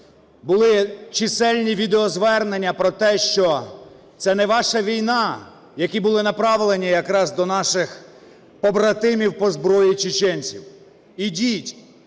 були чисельні відеозвернення про те, що це не ваша війна, які були направлені якраз до наших побратимів по зброї чеченців. Ідіть,